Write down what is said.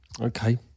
Okay